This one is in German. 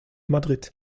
madrid